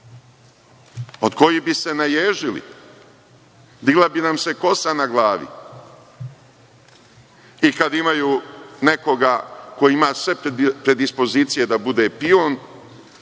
od kojih bi se naježili, digla bi nam se kosa na glavi i kada imaju nekoga ko ima sve predispozicije da bude pion,